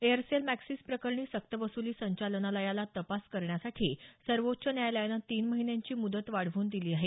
Aircel Maxis प्रकरणी सक्तवसुली संचालनालयाला तपास करण्यासाठी सर्वोच्च न्यायालयानं तीन महिन्यांची मुदत वाढवून दिली आहे